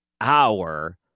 hour